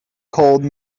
cold